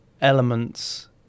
elements